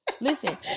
Listen